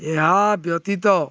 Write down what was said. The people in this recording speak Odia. ଏହା ବ୍ୟତୀତ